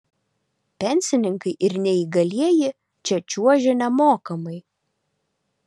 pensininkai ir neįgalieji čia čiuožia nemokamai